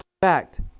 fact